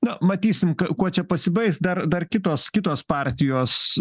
na matysim k kuo čia pasibaigs dar dar kitos kitos partijos